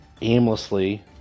aimlessly